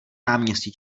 náměstí